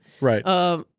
Right